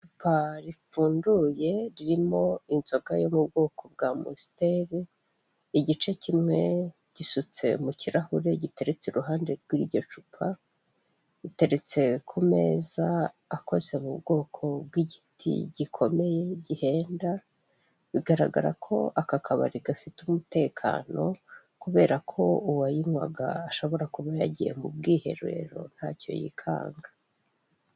Icupa ripfunduye ririmo inzoga yo mu bwoko bwa amstel igice kimwe gisutse mukirahure giteretse iruhande rwiryo cupa biteretse ku meza akoze mu bwoko bw'igiti gikomeye gihenda bigaragara ko aka kabari gafite umutekano kuberako uwayinkwaga ashobora kuba yagiye mubwiherero ntacyo yikanga.